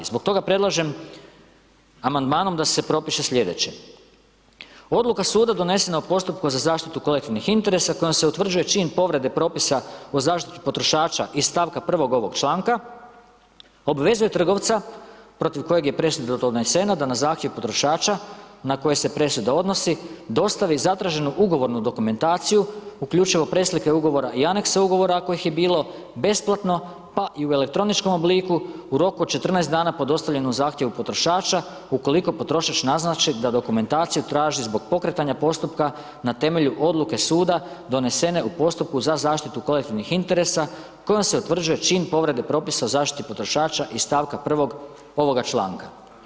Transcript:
Zbog toga predlažem Amandmanom da se propiše slijedeće: Odluka suda donesena u postupku za zaštitu kolektivnih interesa kojom se utvrđuje čin potvrde Propisa o zaštiti potrošača iz st. 1. ovog članka, obvezuje trgovca, protiv kojeg je presuda donesena, da na zahtjev potrošača, na koje se presuda odnosi, dostavi zatraženu ugovornu dokumentaciju, uključivo preslike Ugovora i Aneksa Ugovora ako ih je bilo, besplatno, pa i u elektroničkom obliku u roku od 14 dana po dostavljenom Zahtjevu potrošača, ukoliko potrošač naznači da dokumentaciju traži zbog pokretanja postupka na temelju odluke suda donesene u postupku za zaštitu kolektivnih interesa kojom se utvrđuje čin povrede Propisa o zaštiti potrošača iz st. 1. ovoga članka.